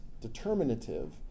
determinative